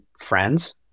friends